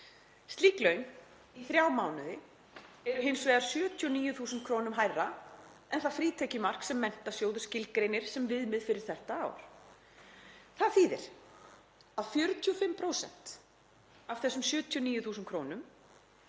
Slík laun, í þrjá mánuði, eru hins vegar 79.000 krónum hærri en það frítekjumark sem Menntasjóður skilgreinir sem viðmið fyrir þetta ár. Það þýðir að 45% af þessum 79.000 krónum